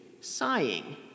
sighing